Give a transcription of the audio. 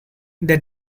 they